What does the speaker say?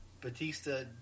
Batista